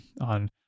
on